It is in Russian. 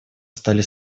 стали